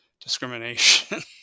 discrimination